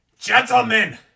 Gentlemen